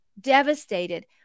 devastated